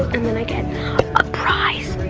and then i get a prize.